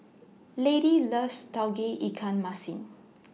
Lady loves Tauge Ikan Masin